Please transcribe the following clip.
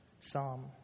psalm